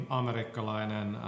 amerikkalainen